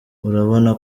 urabona